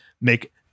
make